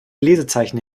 lesezeichen